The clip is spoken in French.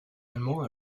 allemands